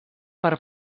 per